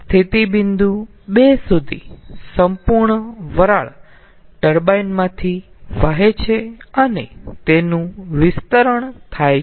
તેથી સ્થિતિ બિંદુ 2 સુધી સંપૂર્ણ વરાળ ટર્બાઇન માંથી વહે છે અને તેનું વિસ્તરણ થાય છે